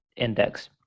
Index